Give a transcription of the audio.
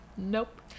Nope